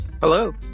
Hello